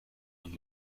und